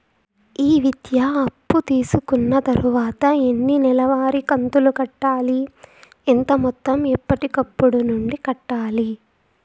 ఈ విద్యా అప్పు తీసుకున్న తర్వాత ఎన్ని నెలవారి కంతులు కట్టాలి? ఎంత మొత్తం ఎప్పటికప్పుడు నుండి కట్టాలి?